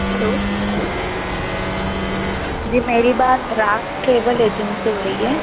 hello ji मेरी बात Raj Keval agents से हो रही है